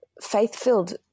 faith-filled